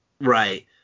Right